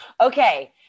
Okay